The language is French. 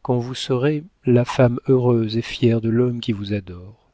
quand vous serez la femme heureuse et fière de l'homme qui vous adore